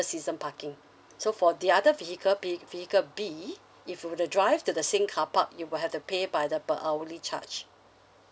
season parking so for the other vehicle B vehicle B if you were to drive to the same car park you will have to pay by the per hourly charge